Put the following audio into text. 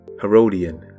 Herodian